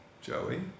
Joey